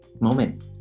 moment